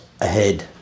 ahead